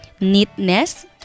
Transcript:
neatness